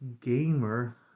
gamer